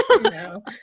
No